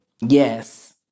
Yes